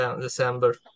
December